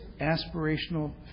aspirational